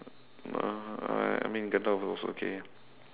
uh I I mean Gandalf was okay